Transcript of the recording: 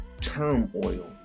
turmoil